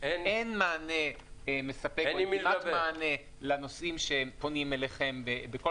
אין מענה מספק לנוסעים שפונים אליכם בכל